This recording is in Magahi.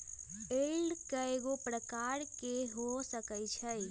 यील्ड कयगो प्रकार के हो सकइ छइ